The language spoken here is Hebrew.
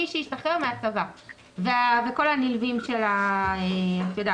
מי שהשתחרר מהצבא וכל הנלווים של השב"כ,